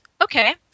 Okay